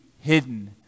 hidden